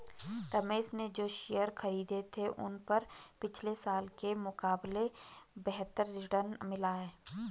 महेश ने जो शेयर खरीदे थे उन पर पिछले साल के मुकाबले बेहतर रिटर्न मिला है